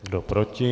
Kdo proti?